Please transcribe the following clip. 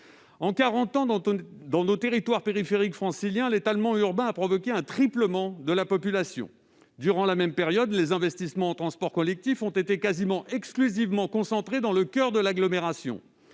ans, dans les territoires périphériques franciliens, l'étalement urbain a provoqué un triplement de la population. Durant la même période, les investissements en transports collectifs ont été quasi exclusivement concentrés dans le coeur de l'agglomération.